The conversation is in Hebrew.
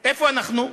איפה אנחנו?